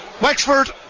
Wexford